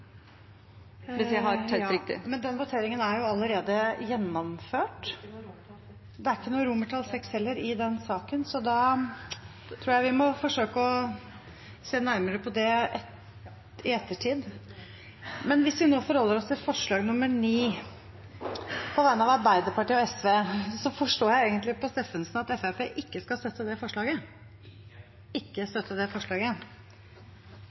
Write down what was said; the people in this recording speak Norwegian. jeg har telt riktig. Men den voteringen er allerede gjennomført, og det er ikke noe VI i den saken heller, så da tror jeg vi må forsøke å se nærmere på det i ettertid. Men hvis vi nå forholder oss til forslag nr. 9, på vegne av Arbeiderpartiet og Sosialistisk Venstreparti, så forstår jeg egentlig på representanten Steffensen at Fremskrittspartiet ikke skal støtte det forslaget.